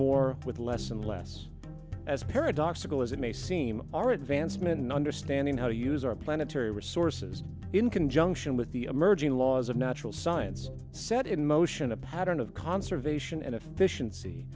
more with less and less as paradoxical as it may seem all right advancement in understanding how to use our planetary resources in conjunction with the emerging laws of natural science set in motion a pattern of conservation and efficiency